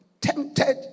tempted